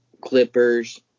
Clippers